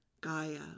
Gaia